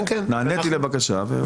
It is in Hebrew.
נעניתי לבקשה.